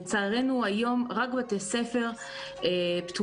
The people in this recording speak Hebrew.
לצערנו, היום רק בתי הספר פתוחים.